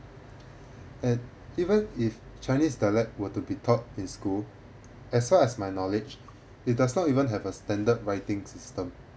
and even if chinese dialect were to be taught in school as far as my knowledge it does not even have a standard writing system